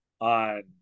on